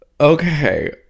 okay